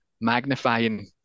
magnifying